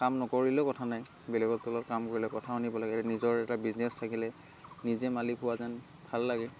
কাম নকৰিলেও কথা নাই বেলেগৰ তলত কাম কৰিলে কথা শুনিব লাগে নিজৰ এটা বিজনেছ থাকিলে নিজে মালিক হোৱা যেন ভাল লাগে